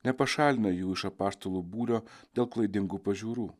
nepašalina jų iš apaštalų būrio dėl klaidingų pažiūrų